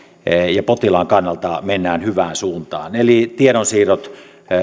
ja potilaan kannalta mennään hyvään suuntaan eli tiedonsiirrot